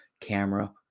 camera